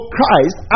Christ